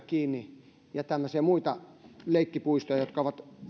kiinni ja muita tämmöisiä liikuntapaikkoja tai leikkipuistoja jotka ovat